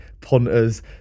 punters